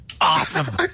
Awesome